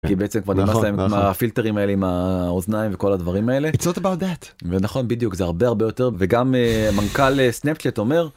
פילטרים האלה עם האוזניים וכל הדברים האלה נכון בדיוק זה הרבה הרבה יותר וגם מנכ"ל snapchat אומר.